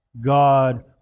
God